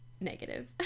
negative